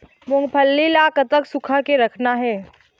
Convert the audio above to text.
मूंगफली ला कतक सूखा के रखना हे?